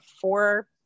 four